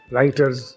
Writers